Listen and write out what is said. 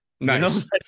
Nice